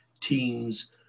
teams